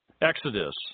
Exodus